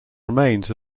remains